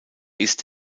ist